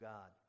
God